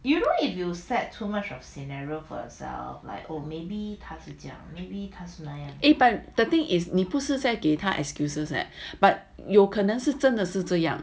but the thing is 你不是在给他 excuses leh but 有可能是真的是这样